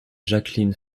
jacqueline